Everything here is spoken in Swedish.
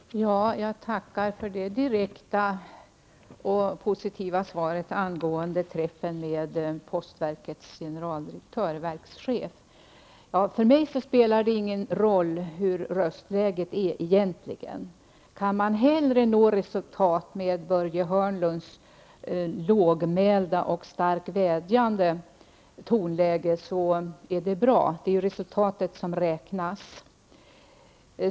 Herr talman! Jag tackar för det direkta och positiva svaret angående arbetsmarknadsministerns träff med postverkets verkschef. För mig spelar det ingen roll hur röstläget är. Går det att uppnå resultat med Börje Hörnlunds lågmälda och starkt vädjande tonläge, så är det bra. Det är ju resultatet som räknas.